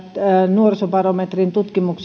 nuorisobarometrin tutkimus